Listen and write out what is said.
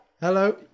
Hello